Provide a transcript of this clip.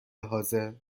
حاضر